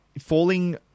falling